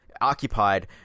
occupied